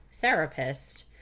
therapist